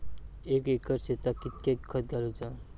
एक एकर शेताक कीतक्या खत घालूचा?